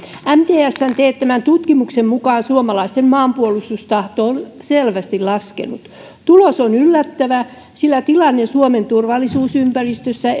mtsn teettämän tutkimuksen mukaan suomalaisten maanpuolustustahto on selvästi laskenut tulos on yllättävä sillä tilanne suomen turvallisuusympäristössä